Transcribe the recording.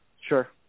Sure